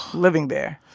living there.